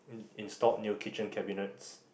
installed new kitchen cabinets